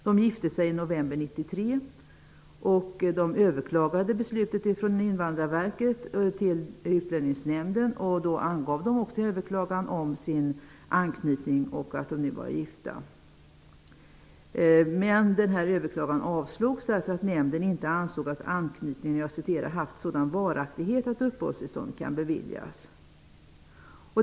De gifte sig i november 1993 och överklagade då De angav också sin anknytning och att de nu var gifta. Överklagandet avslogs därför att nämnden inte ansåg att anknytningen ''haft sådan varaktighet att uppehållstillstånd kan beviljas''.